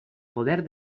poder